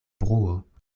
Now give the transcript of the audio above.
bruo